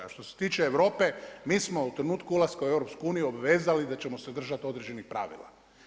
A što se tiče Europe, mi smo u trenutku ulaska u EU obvezali da ćemo se držati određenih pravila.